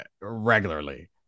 regularly